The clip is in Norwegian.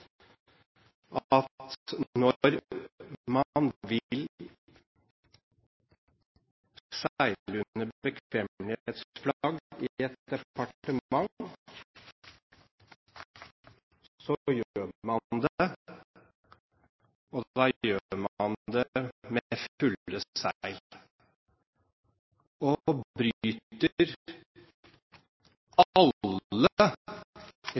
at når man vil seile under bekvemmelighetsflagg i et departement, så gjør man det, og da gjør man det med fulle seil – og